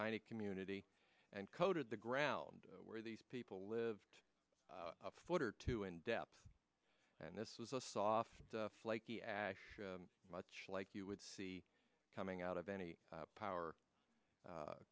tiny community and coated the ground where these people lived a foot or two in depth and this was a soft flaky ash much like you would see coming out of any power